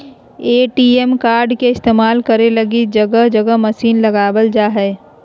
ATM card के इस्तेमाल करे लगी जगह जगह मशीन लगाबल जा हइ